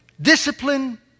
discipline